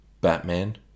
Batman